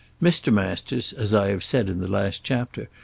mr. masters, as i have said in the last chapter,